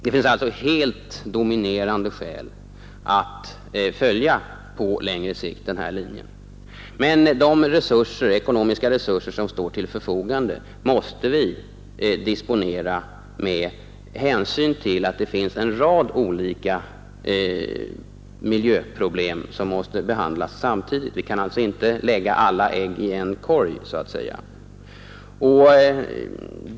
Det finns alltså helt dominerande skäl att på längre sikt följa motionärernas linje, men de ekonomiska resurser som står till förfogande måste vi disponera med hänsyn till att det är en rad olika miljöproblem som måste behandlas samtidigt. Vi kan så att säga inte lägga alla ägg i en korg.